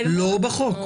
לא בחוק.